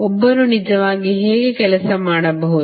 ಒಬ್ಬರು ನಿಜವಾಗಿ ಹೇಗೆ ಕೆಲಸ ಮಾಡಬಹುದು